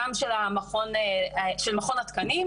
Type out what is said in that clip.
גם של מכון התקנים.